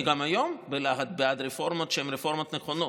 אני גם היום בלהט בעד רפורמות שהן רפורמות נכונות.